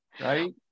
right